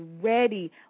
ready